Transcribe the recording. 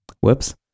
Whoops